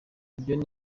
ibyo